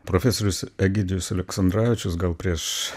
profesorius egidijus aleksandravičius gal prieš